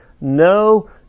no